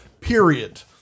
period